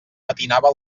patinava